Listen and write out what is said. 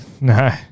No